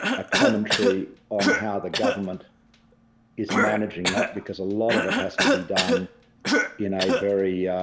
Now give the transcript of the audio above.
ah commentary on how the government is managing that because a lot of it has to be done in a very